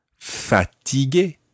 fatigué